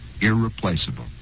irreplaceable